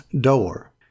door